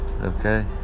Okay